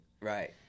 Right